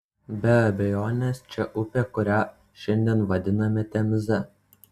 be abejonės čia upė kurią šiandien vadiname temze